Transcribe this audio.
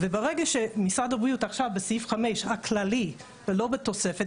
וברגע שמשרד הבריאות עכשיו בסעיף 5 הכללי ולא בתוספת,